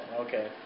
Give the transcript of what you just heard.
Okay